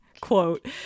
quote